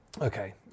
Okay